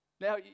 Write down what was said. Now